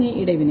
ஏ இடைவினை